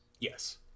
Yes